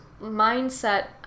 mindset